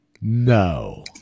No